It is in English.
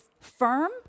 firm